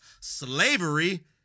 Slavery